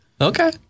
Okay